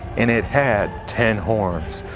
and it had ten horns.